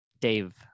Dave